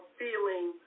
feeling